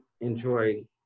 enjoy